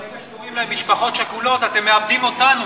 אבל ברגע שקוראים להם "משפחות שכולות" אתם מאבדים אותנו,